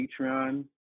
Patreon